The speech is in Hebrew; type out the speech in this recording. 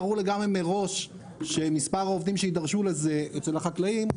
ברור לגמרי מראש שמספר העובדים שיידרשו לזה אצל החקלאים,